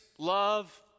Love